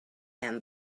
and